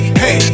hey